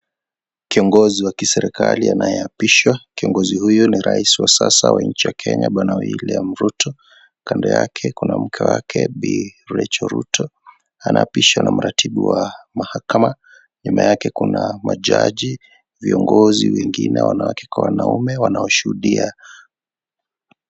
Kiongozi wa kiserikali anaye apishwa . Kiongozi huyu ni rais wa sasa wa Kenya Bwana William Ruto . Kando yake kuna mke wake Bi. Rachael Ruto . Anaapichwa na mratibu wa mahakama , nyuma yake kuna majaji , viongozi wengine , wanawake kwa wanaume wanaoshuhudia.